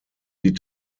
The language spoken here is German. die